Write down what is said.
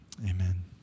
Amen